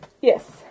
Yes